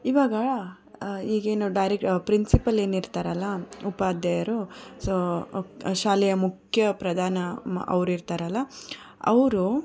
ಈವಾಗ ಈಗೇನು direct principal ಏನು ಇರ್ತಾರಲ್ಲ ಉಪಾಧ್ಯಾಯರು ಸೋ ಶಾಲೆಯ ಮುಖ್ಯ ಪ್ರಧಾನ ಅವರು ಇರ್ತಾರಲ್ಲ ಅವರು